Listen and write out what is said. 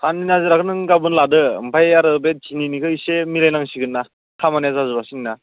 साननैनि हाजिराखो नों गाबोन लादो ओमफाय आरो बे दिनैनिखो एसे मिलायनांसिगोन ना खामानिया जाजोबासै नोंना